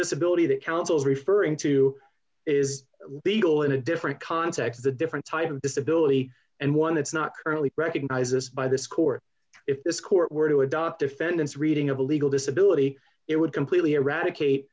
disability that counsels referring to is beatle in a different context a different type of disability and one it's not currently recognizes by this court if this court were to adopt defendant's reading of a legal disability it would completely eradicate